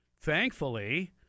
thankfully